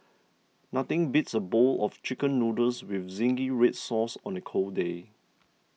nothing beats a bowl of Chicken Noodles with Zingy Red Sauce on a cold day